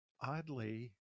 oddly